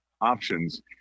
options